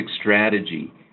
strategy